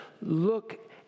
look